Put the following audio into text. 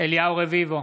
אליהו רביבו,